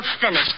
finished